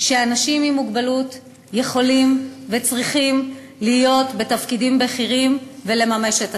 שאנשים עם מוגבלות יכולים וצריכים להיות בתפקידים בכירים ולממש את עצמם.